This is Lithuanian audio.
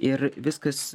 ir viskas